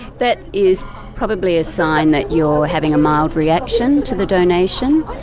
that is probably a sign that you're having a mild reaction to the donation.